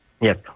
Yes